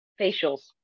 facials